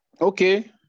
Okay